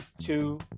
two